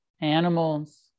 animals